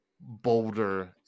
bolder